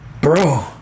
bro